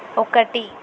ఒకటి